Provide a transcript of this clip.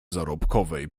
zarobkowej